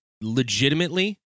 legitimately